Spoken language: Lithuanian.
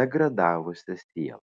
degradavusia siela